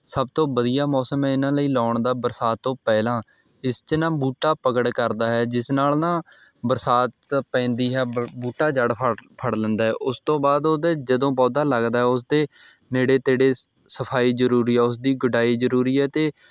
ਸਭ ਤੋਂ ਵਧੀਆ ਮੌਸਮ ਇਨ੍ਹਾਂ ਲਈ ਲਾਉਣ ਦਾ ਬਰਸਾਤ ਤੋਂ ਪਹਿਲਾਂ ਇਸ 'ਚ ਨਾ ਬੂਟਾ ਪਕੜ ਕਰਦਾ ਹੈ ਜਿਸ ਨਾਲ ਨਾ ਬਰਸਾਤ ਪੈਂਦੀ ਹੈ ਬ ਬੂਟਾ ਜੜ੍ਹ ਫੜ ਫੜ ਲੈਂਦਾ ਹੈ ਉਸ ਤੋਂ ਬਾਅਦ ਉਹਦੇ ਜਦੋਂ ਪੌਦਾ ਲੱਗਦਾ ਉਸਦੇ ਨੇੜੇ ਤੇੜੇ ਸ ਸਫਾਈ ਜ਼ਰੂਰੀ ਹੈ ਉਸਦੀ ਗੁਡਾਈ ਜ਼ਰੂਰੀ ਹੈ ਅਤੇ